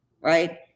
right